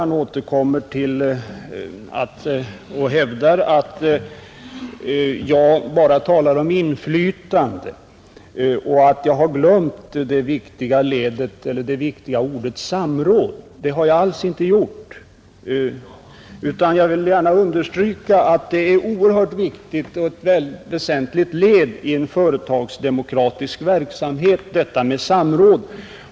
Herr Sjönell har inte många argument kvar; han hävdar åter att jag bara talar om information och att jag glömt det viktiga ordet samråd. Det har jag inte alls gjort; jag vill gärna understryka att samråd är oerhört viktigt och ett väsentligt led i företagsdemokratisk verksamhet.